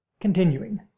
Continuing